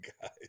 guys